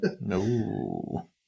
No